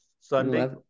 Sunday